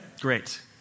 Great